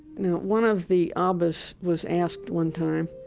you know one of the ah abbas was asked one time